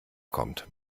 kommt